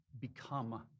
become